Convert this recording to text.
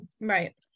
Right